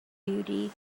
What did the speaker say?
beauty